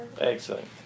Excellent